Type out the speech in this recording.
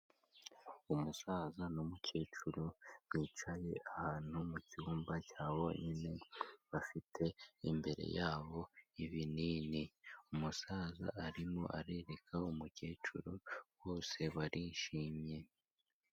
Umusaza n'umukecuru bicaye ahantu mu cyumba cya bonyine, bafite imbere yabo ibinini, umusaza arimo arereka umukecuru bose barishimye.